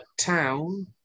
town